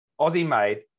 Aussie-made